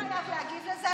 אתה לא חייב להגיב על זה,